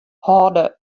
hâlde